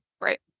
Right